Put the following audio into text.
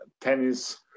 tennis